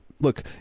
Look